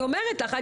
אני אומרת לך,